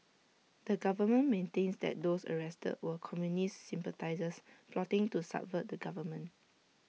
the government maintains that those arrested were communist sympathisers plotting to subvert the government